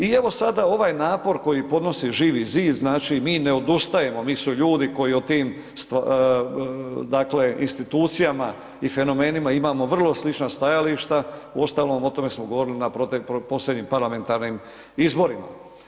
I evo sada ovaj napor koji podnosi Živi zid, znači mi ne odustajemo mi smo ljudi koji o tim stvarima, dakle institucijama i fenomenima imamo vrlo slična stajališta uostalom o tome smo govorili na posljednjim parlamentarnim izborima.